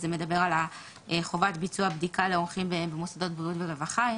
זה מדבר על חובת ביצוע הבדיקה לאורחים במוסדות בריאות ורווחה.